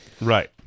Right